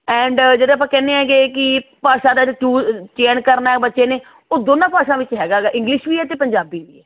and ਜਿਹੜੇ ਆਪਾਂ ਕਹਿੰਦੇ ਆਗੇ ਕਿ ਭਾਸ਼ਾ ਦਾ ਜੇ ਚੂ ਚੈਨ ਕਰਨਾ ਹੈ ਬੱਚੇ ਨੇ ਉਹ ਦੋਨਾਂ ਭਾਸ਼ਾ ਵਿੱਚ ਹੈਗਾ ਗਾ ਇੰਗਲਿਸ਼ ਵੀ ਹੈ ਅਤੇ ਪੰਜਾਬੀ ਵੀ ਹੈ